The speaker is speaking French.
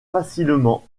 facilement